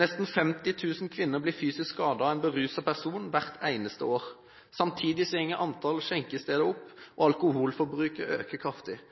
Nesten 50 000 kvinner blir fysisk skadet av en beruset person hvert eneste år. Samtidig går antall skjenkesteder opp, og alkoholforbruket øker kraftig.